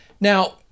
now